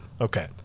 Okay